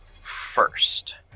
first